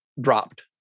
dropped